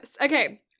okay